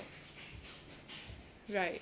right